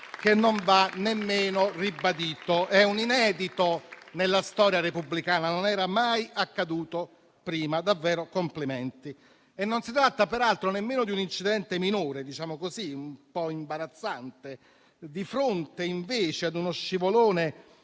che non va nemmeno ribadito. È un inedito nella storia repubblicana, non era mai accaduto prima. Davvero complimenti. Non si tratta peraltro nemmeno di un incidente minore, un po' imbarazzante. Di fronte a uno scivolone